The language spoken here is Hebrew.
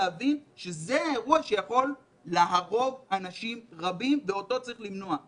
לגרום לו להבין שזה אירוע שיכול להרוג אנשים רבים ואותו צריך למנוע.